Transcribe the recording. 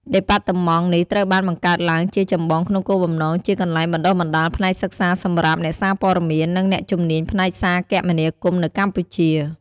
ដេប៉ាតឺម៉ង់នេះត្រូវបានបង្កើតឡើងជាចម្បងក្នុងគោលបំណងជាកន្លែងបណ្ដុះបណ្ដាលផ្នែកសិក្សាសម្រាប់ អ្នកសារព័ត៌មាន និង អ្នកជំនាញផ្នែកសារគមនាគមន៍ នៅកម្ពុជា។